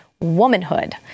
womanhood